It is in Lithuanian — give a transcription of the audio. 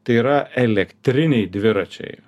tai yra elektriniai dviračiai